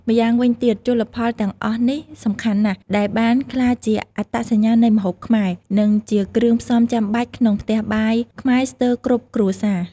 ម្យ៉ាងវិញទៀត ជលផលទាំងអស់នេះសំខាន់ណាស់ ដែលបានក្លាយជាអត្តសញ្ញាណនៃម្ហូបខ្មែរ និងជាគ្រឿងផ្សំចាំបាច់ក្នុងផ្ទះបាយខ្មែរស្ទើរគ្រប់គ្រួសារ។